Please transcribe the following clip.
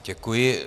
Děkuji.